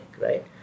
right